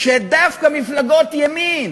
דווקא מפלגות ימין